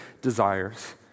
desires